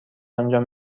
انجام